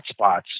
hotspots